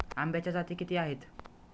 आंब्याच्या जाती किती आहेत?